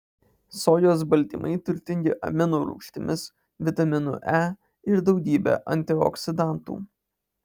sojos baltymai turtingi aminorūgštimis vitaminu e ir daugybe antioksidantų